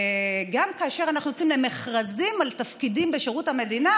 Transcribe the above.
גם כאשר יוצאים למכרזים על תפקידים בשירות המדינה